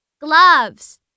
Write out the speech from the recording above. gloves